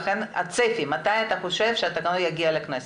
לכן הצפי, מתי אתה חושב שהתקנות תגענה לכנסת?